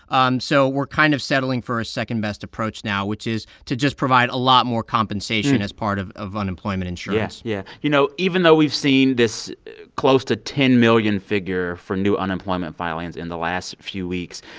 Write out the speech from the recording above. um so we're kind of settling for a second-best approach now, which is to just provide a lot more compensation as part of of unemployment insurance yeah, yeah. you know, even though we've seen this close to ten million figure for new unemployment filings in the last few weeks,